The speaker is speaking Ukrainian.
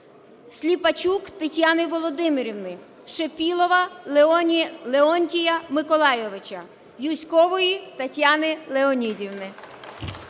Сліпачук Тетяни Володимирівни, Шипілова Леонтія Миколайовича, Юзькової Тетяни Леонідівни.